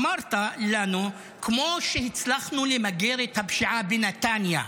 אמרת לנו: כמו שהצלחנו למגר את הפשיעה בנתניה,